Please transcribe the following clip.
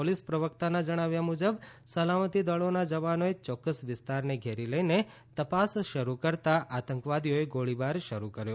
police પ્રવકતાના જણાવ્યા મુજબ સલા મતી દળોના જવાનોએ ચોકકસ વિસ્તારને ઘેરી લઇને તપાસ શરૂ કરતા આતંકવાદીઓએ ગોળીબાર શરૂ કર્યો